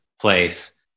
place